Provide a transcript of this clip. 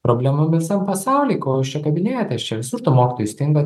problema visam pasauliui ko jūs čia kabinėjatės čia visur tų mokytojų stinga